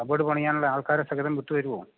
cupboard പണിയാനുള്ള ആൾക്കാരെ സഹിതം വിട്ടുതരുമോ